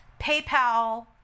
PayPal